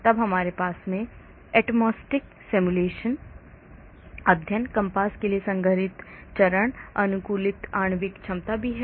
तब हमारे पास एटमॉस्टिक सिमुलेशन अध्ययन कम्पास के लिए संघनित चरण अनुकूलित आणविक क्षमता भी है